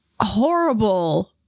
horrible